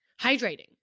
hydrating